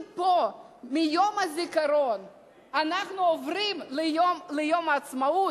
אם מיום הזיכרון אנחנו עוברים ליום העצמאות,